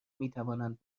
میتوانند